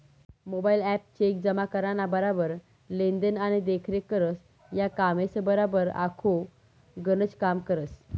mobile app cheque जमा कराना बराबर लेन देन आणि देखरेख करस, या कामेसबराबर आखो गनच कामे करस